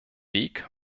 weg